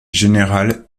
général